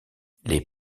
les